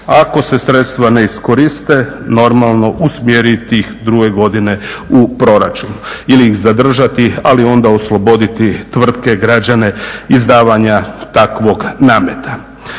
Ako se sredstva ne iskoriste normalno usmjeriti ih druge godine u proračun ili ih zadržati ali onda osloboditi tvrtke, građane izdavanja takvog nameta.